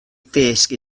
fiske